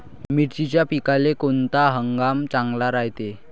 मिर्चीच्या पिकाले कोनता हंगाम चांगला रायते?